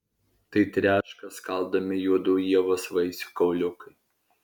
tai treška skaldomi juodų ievos vaisių kauliukai